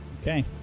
Okay